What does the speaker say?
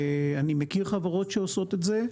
אני מכיר חברות שעושות את זה,